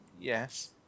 Yes